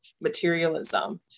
materialism